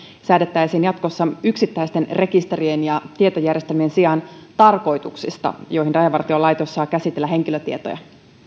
säädettäisiin jatkossa yksittäisten rekisterien ja tietojärjestelmien sijaan tarkoituksista joihin rajavartiolaitos saa käsitellä henkilötietoja